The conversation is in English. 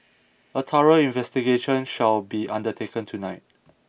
a thorough investigation shall be undertaken tonight